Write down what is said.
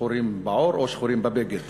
שחורים בעור או שחורים בבגד.